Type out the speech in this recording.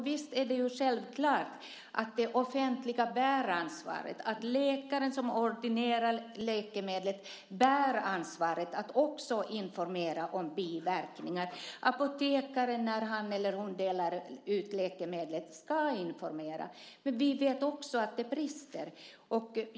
Visst är det självklart att det offentliga bär ansvaret, att läkaren som ordinerar läkemedlet bär ansvaret för att informera om biverkningar och att apotekaren ska informera när han lämnar ut läkemedlet. Men vi vet också att det brister.